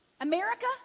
America